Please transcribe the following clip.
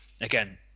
again